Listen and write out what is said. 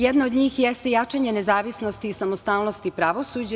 Jedna od njih jeste jačanje nezavisnosti i samostalnosti pravosuđa.